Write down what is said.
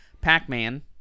Pac-Man